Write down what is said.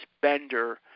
bender